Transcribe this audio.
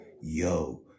yo